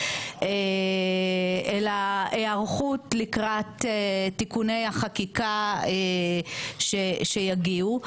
אלא היערכות לקראת תיקוני החקיקה שיגיעו.